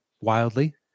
wildly